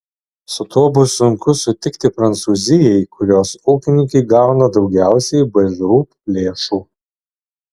su tuo bus sunku sutikti prancūzijai kurios ūkininkai gauna daugiausiai bžūp lėšų